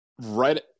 right